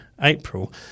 April